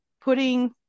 Putting